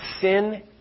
sin